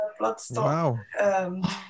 Bloodstock